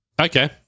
Okay